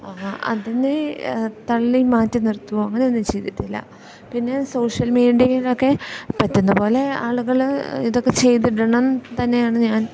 അതിനെ തള്ളി മാറ്റി നിർത്തുക അങ്ങനൊന്നും ചെയ്തിട്ടില്ല പിന്നെ സോഷ്യൽ മീഡിയയിലൊക്കെ പറ്റുന്ന പോലെ ആളുകൾ ഇതൊക്കെ ചെയ്തിടണം തന്നെയാണ് ഞാൻ